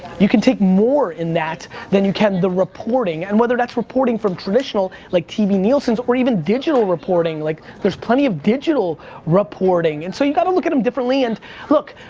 you can take more in that than you can the reporting, and whether that's reporting from traditional, like tv nielsen's, or even digital reporting, like there's plenty of digital reporting. and so you gotta look at em differently, and look,